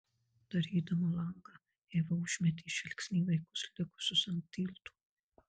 darydama langą eiva užmetė žvilgsnį į vaikus likusius ant tilto